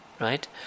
right